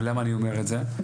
ולמה אני אומר את זה,